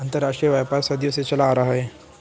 अंतरराष्ट्रीय व्यापार सदियों से चला आ रहा है